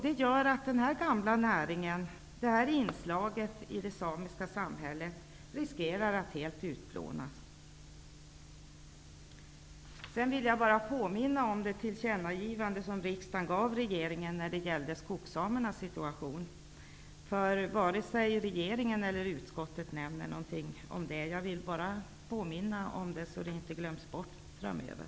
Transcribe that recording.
Denna mycket gamla näring och detta inslag i det samiska samhället riskerar att helt utplånas. Ett tillkännagivande som riksdagen gav regeringen om skogssamernas situation nämns inte av vare sig regeringen eller utskottet. Jag vill bara påminna om det, så att den frågan inte skall glömmas bort framöver.